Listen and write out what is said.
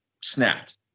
snapped